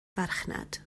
farchnad